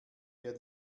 wer